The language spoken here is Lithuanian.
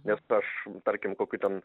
nes paš tarkim kokiu ten